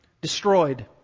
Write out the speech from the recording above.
destroyed